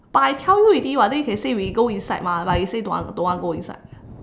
but I tell you already [what] then you can say we go inside mah like you say don't want don't want go inside